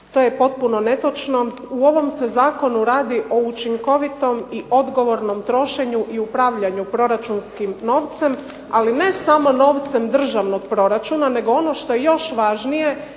To je potpuno netočno. U ovom se zakonu radi o učinkovitom i odgovornom trošenju i upravljanju proračunskim novcem, ali ne samo novcem državnog proračuna nego ono što je još važnije